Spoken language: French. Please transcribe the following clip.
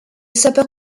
sapeurs